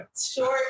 short